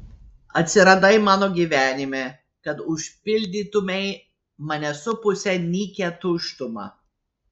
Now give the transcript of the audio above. atsiradai mano gyvenime kad užpildytumei mane supusią nykią tuštumą